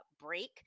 break